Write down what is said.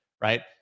right